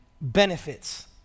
benefits